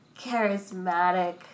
charismatic